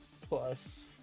plus